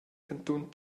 cantun